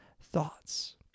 thoughts